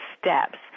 steps